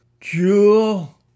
Jewel